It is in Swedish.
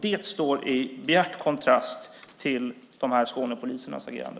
Det står i bjärt kontrast till de här Skånepolisernas agerande.